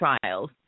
trials